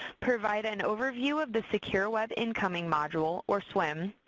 provide an overview of the secure web incoming module, or swim,